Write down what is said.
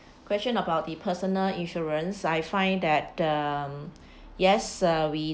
question about the personal insurance I find that um yes uh we